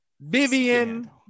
Vivian